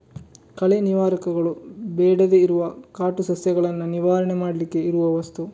ಕಳೆ ನಿವಾರಕಗಳು ಬೇಡದೇ ಇರುವ ಕಾಟು ಸಸ್ಯಗಳನ್ನ ನಿವಾರಣೆ ಮಾಡ್ಲಿಕ್ಕೆ ಇರುವ ವಸ್ತು